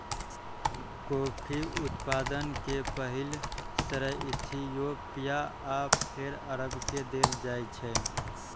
coffee उत्पादन के पहिल श्रेय इथियोपिया आ फेर अरब के देल जाइ छै